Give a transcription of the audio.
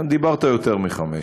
דיברת יותר מחמש.